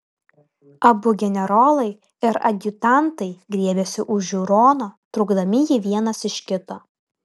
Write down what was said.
abu generolai ir adjutantai griebėsi už žiūrono traukdami jį vienas iš kito